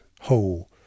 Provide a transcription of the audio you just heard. whole